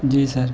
جی سر